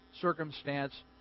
circumstance